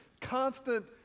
constant